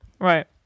Right